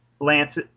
Lance